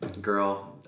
girl